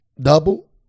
double